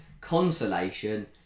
consolation